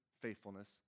faithfulness